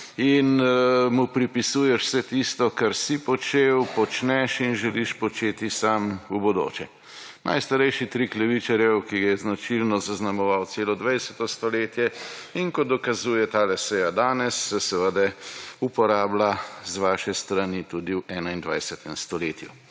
in mu prepisuješ vse tisto, kar si počel, počneš in želiš početi sam v bodoče. Najstarejši trik levičarjev, ki je značilno zaznamoval celo 20. stoletje in kot dokazuje tale seja danes, se seveda uporablja z vaše strani tudi v 21. stoletju.